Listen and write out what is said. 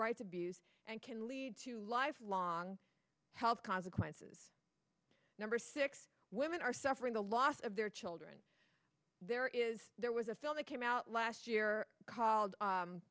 rights abuse and can lead to lifelong health consequences number six women are suffering the loss of their children there is there was a film that came out last year called